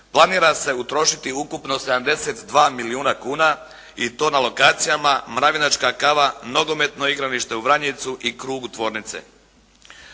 planira se utrošiti ukupno 72 milijuna kuna i to na lokacijama “Mravinačka kava“, nogometno igralište u Vranjicu i krugu tvornice.